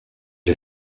est